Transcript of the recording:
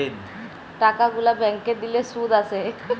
টাকা গুলা ব্যাংকে দিলে শুধ আসে